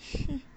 hmm